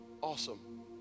awesome